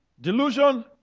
Delusion